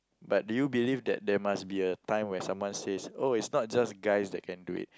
but do you believe that there must be a time where someone says oh it's not just guys that can do it